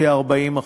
כ-40%.